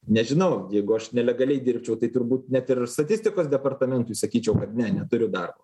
nežinau jeigu aš nelegaliai dirbčiau tai turbūt net ir statistikos departamentui sakyčiau kad ne neturiu darbo